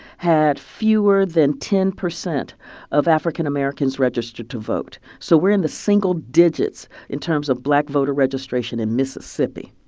had fewer than ten percent of african-americans registered to vote. so we're in the single digits in terms of black voter registration in mississippi.